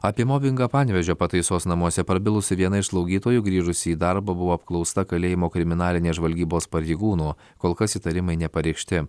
apie mobingą panevėžio pataisos namuose prabilusi viena iš slaugytojų grįžusi į darbą buvo apklausta kalėjimo kriminalinės žvalgybos pareigūnų kol kas įtarimai nepareikšti